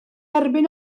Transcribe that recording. erbyn